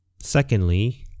Secondly